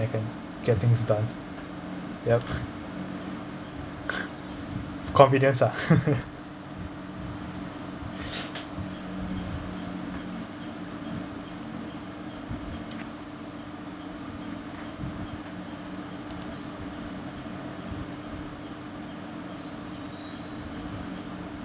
I can get things done yup convenience ah